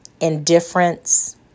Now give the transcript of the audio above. indifference